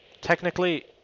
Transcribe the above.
technically